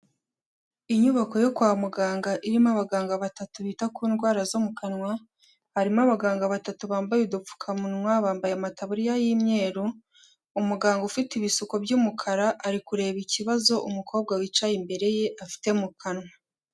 Inyubako yo kwa muganga irimo abaganga batatu bita ku ndwara zo mu kanwa, harimo abaganga batatu bambaye udupfukamunwa, bambaye amatabuririya y'imyeru, umuganga ufite ibisuko by'umukara ari kureba ikibazo umukobwa wicaye imbere ye afite mu kanwa.